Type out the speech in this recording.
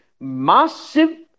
Massive